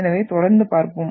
எனவே தொடர்ந்து பார்ப்போம்